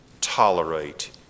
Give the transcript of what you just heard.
tolerate